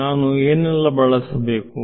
ನಾನು ಏನೆಲ್ಲ ಬಳಸಬೇಕು